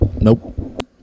nope